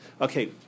okay